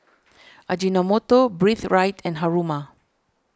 Ajinomoto Breathe Right and Haruma